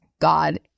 God